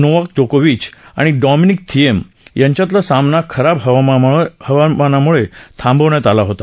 Novak जोकोविच आणि Dominic Thiem यांच्यातला सामना खराब हवामानामुळखिंबवण्यात आला होता